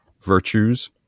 virtues